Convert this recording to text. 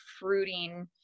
fruiting